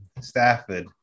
Stafford